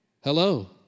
Hello